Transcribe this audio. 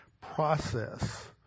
process